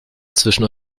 zwischen